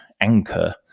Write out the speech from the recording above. anchor